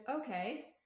Okay